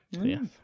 Yes